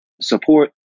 support